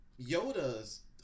Yoda's